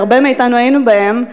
והרבה מאתנו היינו בהן,